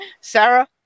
Sarah